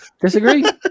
Disagree